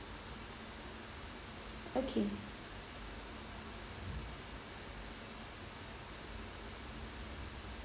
okay